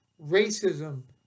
racism